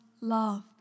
love